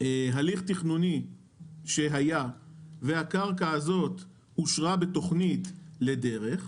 הליך תכנוני שהיה והקרקע הזו אושרה בתוכנית לדרך,